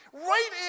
right